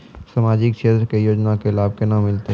समाजिक क्षेत्र के योजना के लाभ केना मिलतै?